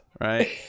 right